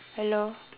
hello